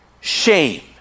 shame